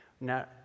Now